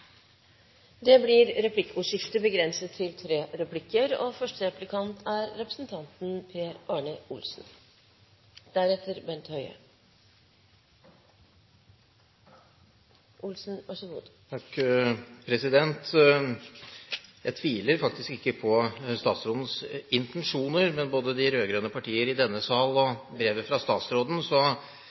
Det blir replikkordskifte. Jeg tviler faktisk ikke på statsrådens intensjoner, men både fra de rød-grønne partier i denne salen og i brevet fra statsråden